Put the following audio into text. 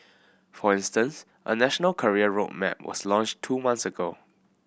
for instance a national career road map was launched two months ago